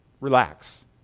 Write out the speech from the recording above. relax